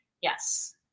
Yes